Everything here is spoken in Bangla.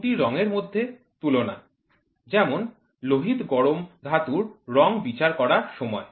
দুটি রঙের মধ্যে তুলনা যেমন লোহিত গরম ধাতুর রং বিচার করার সময়